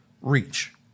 reach